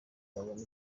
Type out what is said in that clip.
babone